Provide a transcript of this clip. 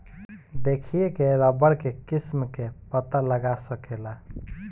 देखिए के रबड़ के किस्म के पता लगा सकेला